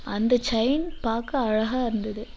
அந்த செய்ன் பார்க்க அழகாக இருந்தது